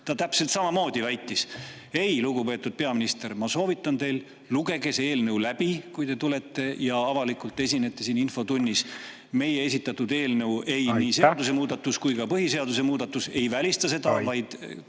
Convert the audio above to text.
ta täpselt samamoodi väitis. Ei, lugupeetud peaminister, ma soovitan teile, et lugege see eelnõu läbi, kui te tulete ja avalikult esinete siin infotunnis. Meie esitatud eelnõu, (Juhataja: "Aitäh!") nii seadusemuudatus, kui ka põhiseaduse muudatus, ei välista seda, vaid